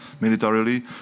militarily